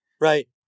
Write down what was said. right